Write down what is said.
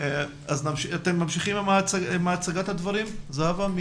אתם ממשיכים עם הצגת הדברים, זהבה?